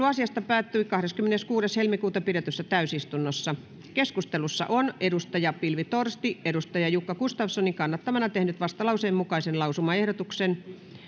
asiasta päättyi kahdeskymmeneskuudes toista kaksituhattayhdeksäntoista pidetyssä täysistunnossa keskustelussa on pilvi torsti jukka gustafssonin kannattamana tehnyt vastalauseen mukaisen lausumaehdotuksen